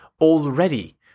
already